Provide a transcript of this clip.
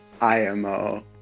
IMO